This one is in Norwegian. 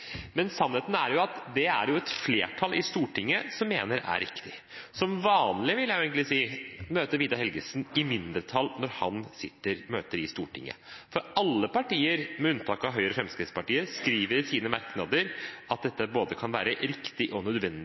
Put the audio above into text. et flertall i Stortinget som mener det er riktig. Som vanlig, vil jeg egentlig si, møter Vidar Helgesen i mindretall når han møter i Stortinget, for alle partier, med unntak av Høyre og Fremskrittspartiet, skriver i sine merknader at det kan være både riktig og nødvendig